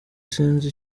sinzi